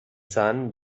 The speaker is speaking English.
sun